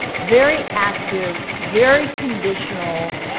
very active, very conditional,